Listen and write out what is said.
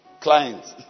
Clients